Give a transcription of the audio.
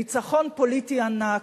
ניצחון פוליטי ענק,